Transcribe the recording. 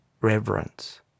reverence